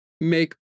make